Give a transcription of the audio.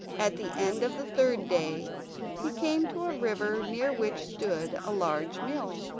at the end of the third day he came to a river near which stood a large mill.